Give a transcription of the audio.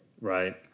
Right